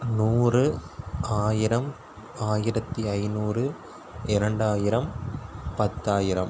நூறு ஆயிரம் ஆயிரத்தி ஐநூறு இரண்டாயிரம் பத்தாயிரம்